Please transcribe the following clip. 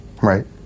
right